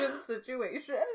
situation